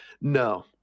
No